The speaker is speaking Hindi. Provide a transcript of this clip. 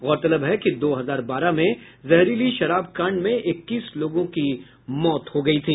गौरतलब है कि दो हजार बारह में जहरीली शराब कांड में इक्कीस लोगों की मौत हो गयी थी